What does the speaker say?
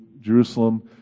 Jerusalem